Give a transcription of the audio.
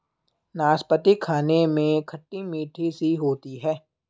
नाशपती खाने में खट्टी मिट्ठी सी होती है